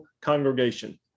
Congregation